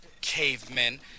cavemen